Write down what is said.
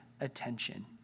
attention